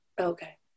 okay